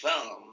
film